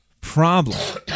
problem